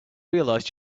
realized